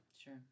Sure